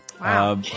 Wow